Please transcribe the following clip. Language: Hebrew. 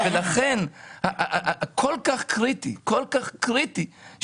לכן כל כך קריטי שנעשה,